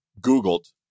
googled